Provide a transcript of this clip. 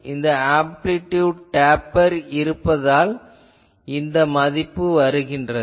இங்கு அம்பிளிடுயுட் டேபெர் இருப்பதால் இந்த மதிப்பு வருகிறது